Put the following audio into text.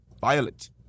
Violet